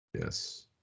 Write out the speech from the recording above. yes